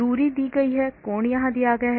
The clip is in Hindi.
दूरी दी गई है और कोण यहां दिया गया है